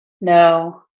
no